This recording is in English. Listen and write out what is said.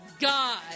God